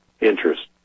interest